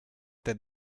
that